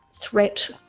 threat